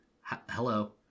hello